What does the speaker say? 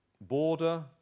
Border